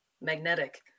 magnetic